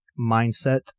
mindset